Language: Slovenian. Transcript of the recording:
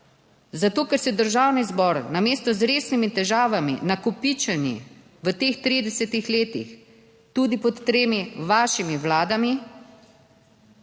Zato, ker se Državni zbor namesto z resnimi težavami, nakopičeni v teh 30 letih, tudi pod tremi vašimi vladami